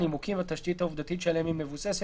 הנימוקים והתשתית העובדתית שעליהם היא מבוססת